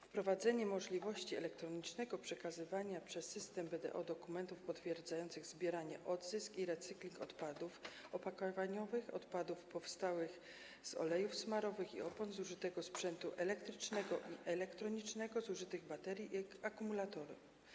Wprowadzono możliwość elektronicznego przekazywania przez system BDO dokumentów potwierdzających zbieranie, odzysk i recykling odpadów opakowaniowych, odpadów powstałych z olejów smarowych i opon, zużytego sprzętu elektrycznego i elektronicznego oraz zużytych baterii i akumulatorów.